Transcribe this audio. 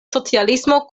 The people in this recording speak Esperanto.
socialismo